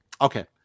Okay